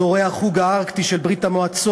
אזורי החוג הארקטי של ברית-המועצות,